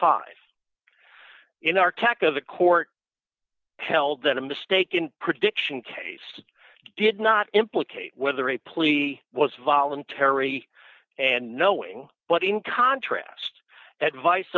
five in our tech of the court held that a mistaken prediction case did not implicate whether a plea was voluntary and knowing what in contrast that vice